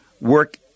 work